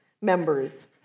members